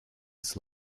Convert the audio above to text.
his